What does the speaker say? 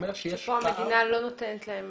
כאן המדינה לא נותנת להם